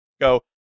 go